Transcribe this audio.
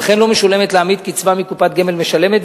וכן לא משולמת לעמית קצבה מקופת גמל משלמת,